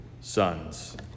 sons